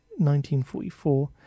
1944